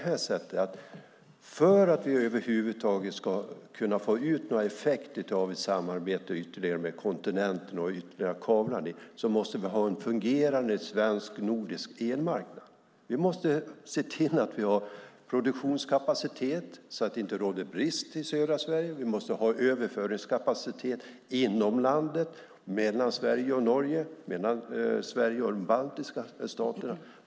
För att vi över huvud taget ska få ut någon effekt av ett ytterligare samarbete med kontinenten måste vi ha en fungerande svensk och nordisk elmarknad. Vi måste se till att vi har produktionskapacitet så att det inte råder brist i södra Sverige. Vi måste ha överföringskapacitet inom landet, mellan Sverige och Norge och mellan Sverige och de baltiska staterna.